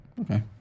okay